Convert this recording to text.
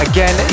Again